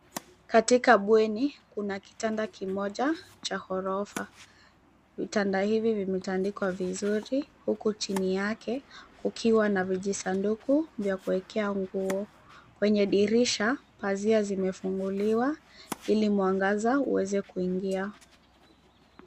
Katika bweni, kuna kitanda kimoja cha ghorofa. Vitanda hivi vimetandikwa vizuri, huku chini yake kukiwa na vijisanduku vya kuwekea nguo. Kwenye dirisha, pazia zimefunguliwa ili mwangaza uweze kuingia.